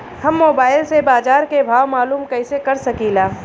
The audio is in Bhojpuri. हम मोबाइल से बाजार के भाव मालूम कइसे कर सकीला?